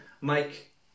Mike